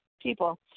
people